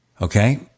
okay